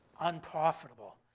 unprofitable